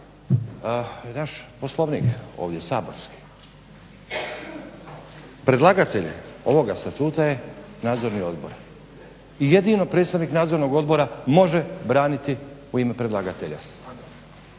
naš poslovnik ovdje saborski. Predlagatelj ovoga statuta je nadzorni odbor i jedino predstavnik nadzornog odbora može braniti u ime predlagatelja.